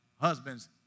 husbands